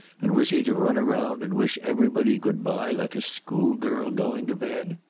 and was he to run round and wish everybody good-bye like a schoolgirl going to bed?